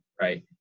right